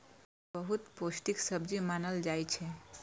ई बहुत पौष्टिक सब्जी मानल जाइ छै